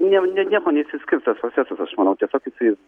nie niekuo neišsiskirs tas procesas aš manau tiesiog jisai